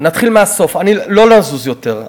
נתחיל מהסוף, לא לזוז יותר.